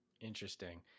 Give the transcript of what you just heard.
Interesting